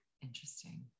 interesting